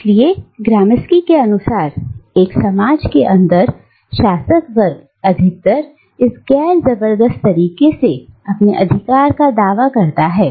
इसलिए ग्राम्स्की के अनुसार एक समाज के अंदर शासक वर्ग अधिकतर इस गैर जबरदस्त तरीके से अपने अधिकार का दावा करता है